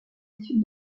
sud